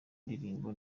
ndirimbo